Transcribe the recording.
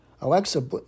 Alexa